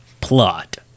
Plot